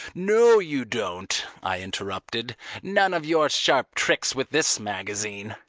no you don't, i interrupted none of your sharp tricks with this magazine.